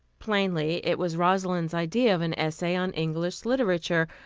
plainly, it was rosalind's idea of an essay on english literature,